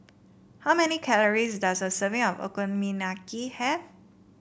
how many calories does a serving of Okonomiyaki have